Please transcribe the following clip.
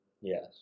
Yes